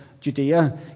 Judea